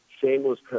shameless